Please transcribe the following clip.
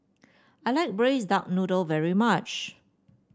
I like Braised Duck Noodle very much